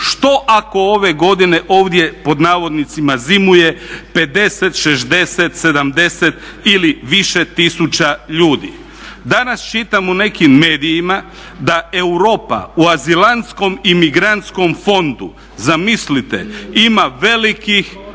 Što ako ove godine ovdje ″zimuje″ 50, 60, 70 ili više tisuća ljudi. Danas čitam u nekim medijima da Europa u Azilantskom i migrantskom fondu, zamislite, ima velikih